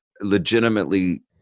legitimately